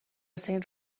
حسین